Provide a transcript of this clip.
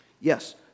Yes